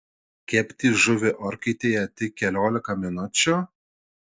kepti žuvį orkaitėje tik keliolika minučių